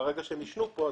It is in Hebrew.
ישנו פה,